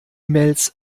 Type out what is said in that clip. mails